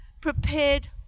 prepared